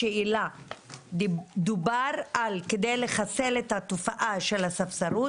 השאלה היא, דובר על חיסול התופעה של הספסרות,